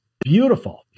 beautiful